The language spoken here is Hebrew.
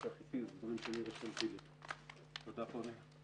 הישיבה ננעלה בשעה 11:50.